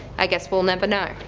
i guess we'll never know.